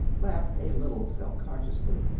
laughed a little self-consciously.